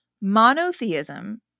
Monotheism